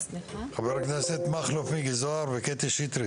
השקף האחרון, ובזה אני אסיים,